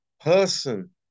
person